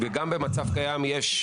ובמצב הקיים יש,